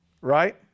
right